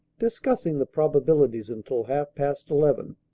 discussing the probabilities until half-past eleven.